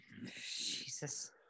Jesus